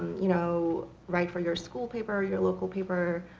you know write for your school paper, your local paper.